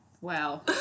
Wow